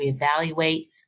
reevaluate